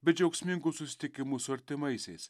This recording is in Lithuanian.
be džiaugsmingų susitikimų su artimaisiais